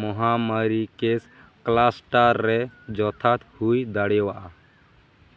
ᱢᱚᱦᱟᱢᱟᱹᱨᱤ case cluster ᱨᱮ ᱡᱚᱛᱷᱟᱛ ᱦᱩᱭ ᱫᱟᱲᱮᱭᱟᱜᱼᱟ